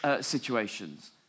situations